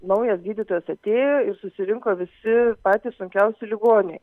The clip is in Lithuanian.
naujas gydytojas atėjo ir susirinko visi patys sunkiausi ligoniai